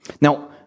Now